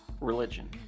religion